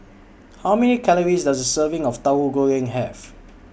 How Many Calories Does A Serving of Tauhu Goreng Have